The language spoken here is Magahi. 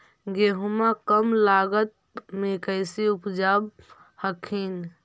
गेहुमा कम लागत मे कैसे उपजाब हखिन?